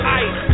ice